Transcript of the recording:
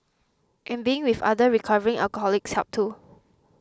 in being with other recovering alcoholics helped too